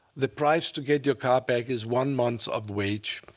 the price to get your car back is one month's of wage,